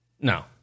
no